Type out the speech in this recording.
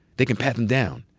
they can pat them down.